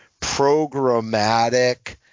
programmatic